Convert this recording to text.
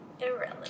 Irrelevant